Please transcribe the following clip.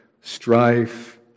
strife